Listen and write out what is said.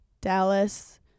dallas